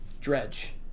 dredge